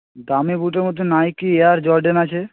দামি বুটের মধ্যে নাইকি এয়ার জর্ডেন আছে